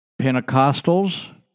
Pentecostals